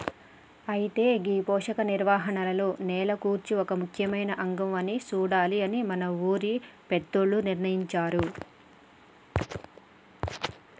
అయితే గీ పోషక నిర్వహణలో నేల కూర్పు ఒక ముఖ్యమైన అంగం అని సూడాలి అని మన ఊరి పెద్దలు నిర్ణయించారు